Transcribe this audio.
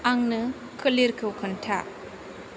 आंनो खोलिरखौ खोन्था